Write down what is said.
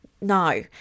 No